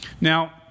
Now